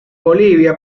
bolivia